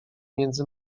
między